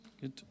Good